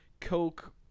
Coke